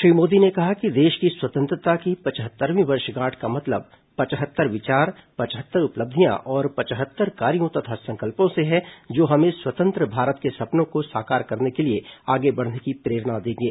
श्री मोदी ने कहा कि देश की स्वतंत्रता की पचहत्तरवीं वर्षगांठ का मतलब पचहत्तर विचार पचहत्तर उपलब्धियां और पचहत्तर कार्यों तथा संकल्पों से है जो हमें स्वतंत्र भारत के सपनों को साकार करने के लिए आगे बढ़ने की प्रेरणा देंगे